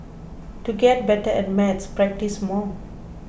to get better at maths practise more